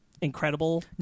Incredible